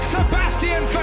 Sebastian